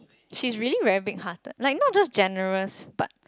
she's really very big hearted like not just generous but